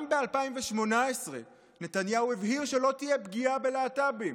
גם ב-2018 נתניהו הבהיר שלא תהיה פגיעה בלהט"בים,